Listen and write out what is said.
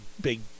big